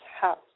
house